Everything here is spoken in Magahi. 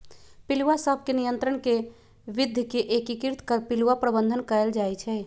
पिलुआ सभ के नियंत्रण के विद्ध के एकीकृत कर पिलुआ प्रबंधन कएल जाइ छइ